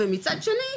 ומצד שני,